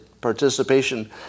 participation